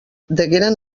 degueren